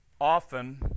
often